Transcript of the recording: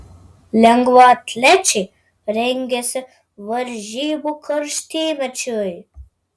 lengvaatlečiai rengiasi varžybų karštymečiui